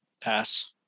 Pass